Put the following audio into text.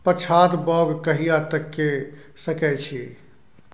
पछात बौग कहिया तक के सकै छी?